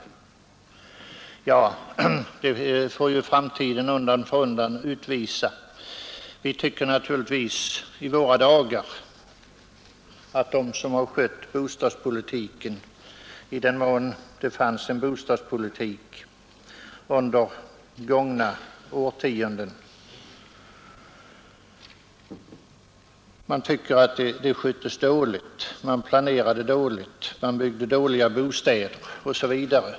Ja, detta får framtiden utvisa. Vi tycker naturligtvis att de som tidigare skött bostadspolitiken gjort detta dåligt — i den mån det fanns en bostadspolitik under gångna årtionden. Man planerade dåligt, byggde dåliga bostäder osv.